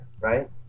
right